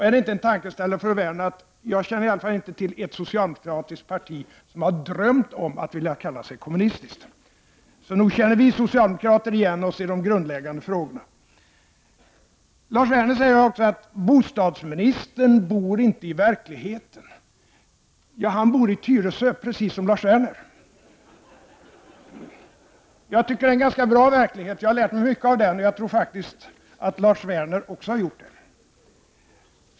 Är det inte en tankeställare för Lars Werner att det inte finns ett socialdemokratiskt parti — jag känner i alla fall inte till något — som har drömt om att vilja kalla sig kommunistiskt? Nog känner vi socialdemokrater igen oss i de grundläggande frågorna. Lars Werner säger också att bostadsministern inte bor i verkligheten. Ja, han bor i Tyresö, precis som Lars Werner. Det är en ganska bra verklighet, som jag har lärt mig mycket av, och jag tror att Lars Werner också har gjort det.